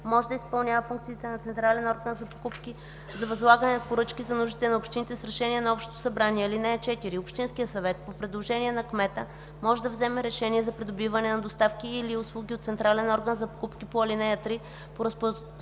може да изпълнява функциите на централен орган за покупки за възлагане на поръчки за нуждите на общините с решение на общото събрание. (4) Общинският съвет, по предложение на кмета, може да вземе решение за придобиване на доставки и/или услуги от централен орган за покупки по ал. 3 по споразумение